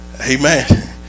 Amen